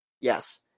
yes